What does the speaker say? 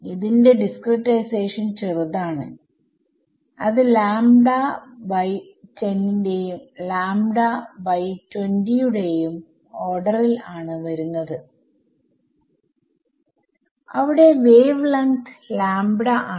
ന്റെ ഡിസ്ക്രിടൈസേഷൻ ചെറുതാണ് അത് ലാമ്പ്ഡ ബൈ 10 ന്റെയും ലാമ്പ്ഡ ബൈ 20 യുടെയും ഓർഡറിൽ ആണ് വരുന്നത് അവിടെ വേവ് ലെങ്ത്ത് ലാമ്പ്ഡ ആണ്